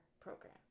program